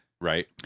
right